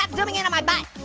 um zooming in on my butt.